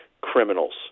criminals